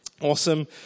Awesome